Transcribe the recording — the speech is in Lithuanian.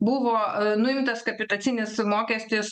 buvo nuimtas kapitacinis mokestis